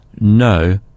no